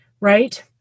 right